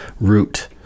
root